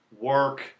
Work